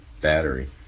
battery